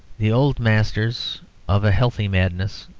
the old masters of a healthy madness,